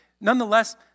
nonetheless